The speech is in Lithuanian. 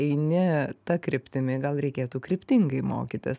eini ta kryptimi gal reikėtų kryptingai mokytis